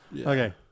Okay